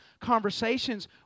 conversations